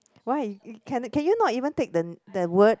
why uh can can you not even take the the word